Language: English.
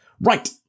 Right